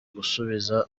gusubiza